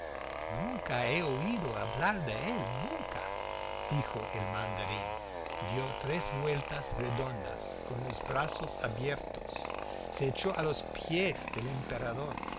nunca he oído hablar de él nunca dijo el mandarín dio tres vueltas redondas con los brazos abiertos se echó a los pies del emperador